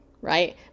right